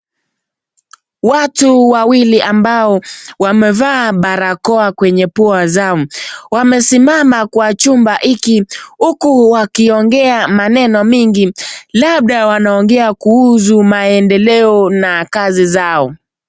Watu wawili ambao wamevaa barakoa kwenye pua zao wamesimama kwa chumba hiki huku wakiongea maneno mingi labda wanaongea kuhusu maendeleo na kazi zao.